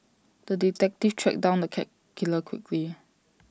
the detective tracked down the cat killer quickly